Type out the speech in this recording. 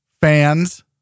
fans